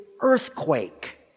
earthquake